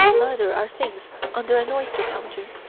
neither are things under an oyster-counter.